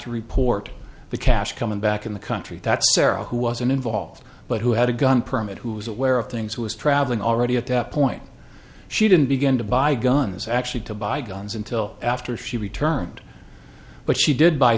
to report the cash coming back in the country that sarah who wasn't involved but who had a gun permit who was aware of things who was traveling already at that point she didn't begin to buy guns actually to buy guns until after she returned but she did buy